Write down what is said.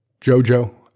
Jojo